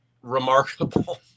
remarkable